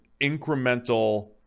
incremental